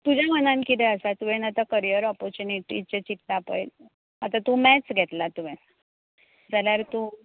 तुज्या मनान किदें आसा तुवें आतां करियर ऑपॉचुनिटीचें चिंत्ता पळय आतां तूं मॅत्स घेतलां तुवें जाल्यार तूं